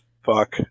fuck